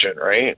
Right